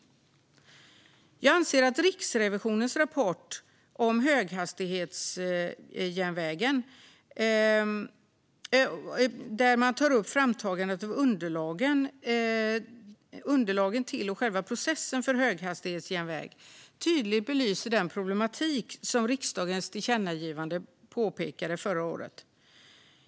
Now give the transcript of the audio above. Jag anser att Riksrevisionens rapport om höghastighetsjärnvägen, där man tar upp framtagandet av underlagen till och själva processen för höghastighetsjärnväg, tydligt belyser den problematik som riksdagens tillkännagivande förra året pekar på.